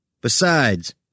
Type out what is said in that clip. Besides